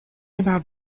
about